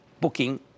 Booking